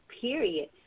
period